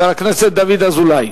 חבר הכנסת דוד אזולאי.